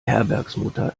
herbergsmutter